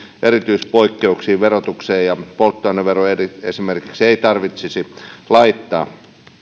erityispoikkeuksia esimerkiksi verotukseen ja polttoaineveroon ei tarvitsisi laittaa